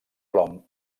plom